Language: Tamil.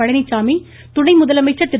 பழனிசாமி துணை முதலமைச்சர் திரு